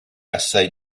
assai